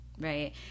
Right